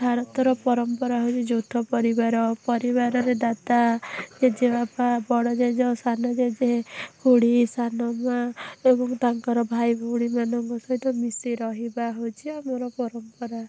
ଭାରତର ପରମ୍ପରା ହେଉଛି ଯୌଥ ପରିବାର ପରିବାରରେ ଦାଦା ଜେଜେବାପା ବଡ଼ଜେଜ ସାନଜେଜେ ଖୁଡ଼ୀ ସାନମାଆ ଏବଂ ତାଙ୍କର ଭାଇଭଉଣୀ ମାନଙ୍କ ସହିତ ମିଶି ରହିବା ହେଉଛି ଆମର ପରମ୍ପରା